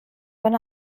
von